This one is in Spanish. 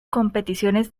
competiciones